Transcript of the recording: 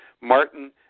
Martin